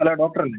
hello doctor അല്ലേ